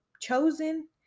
chosen